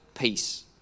peace